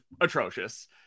atrocious